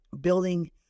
building